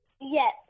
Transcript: Yes